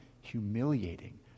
humiliating